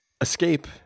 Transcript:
escape